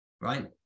Right